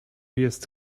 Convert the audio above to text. jest